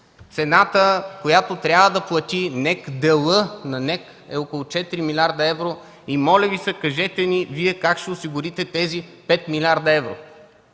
„Цената, която трябва да плати НЕК, делът на НЕК е около 4 млрд. евро. Моля Ви се, кажете ни Вие как ще осигурите тези 5 млрд. евро!”.